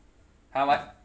!huh! what